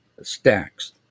stacks